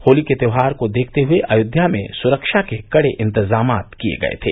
होली के त्योहार को देखते हुए अयोध्या में सुरक्षा के कड़े इंतजाम किए गये थे